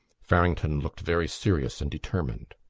farrington looked very serious and determined.